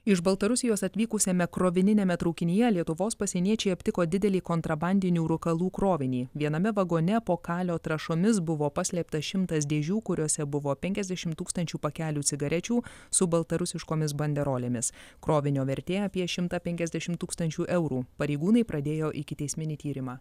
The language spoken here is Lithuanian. iš baltarusijos atvykusiame krovininiame traukinyje lietuvos pasieniečiai aptiko didelį kontrabandinių rūkalų krovinį viename vagone po kalio trąšomis buvo paslėpta šimtas dėžių kuriose buvo penkiasdešim tūkstančių pakelių cigarečių su baltarusiškomis banderolėmis krovinio vertė apie šimtą penkiasdešim tūkstančių eurų pareigūnai pradėjo ikiteisminį tyrimą